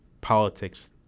politics